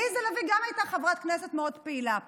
עליזה לביא הייתה חברת כנסת מאוד פעילה פה,